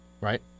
Right